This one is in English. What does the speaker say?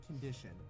condition